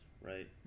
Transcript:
right